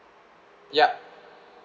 yup